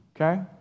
Okay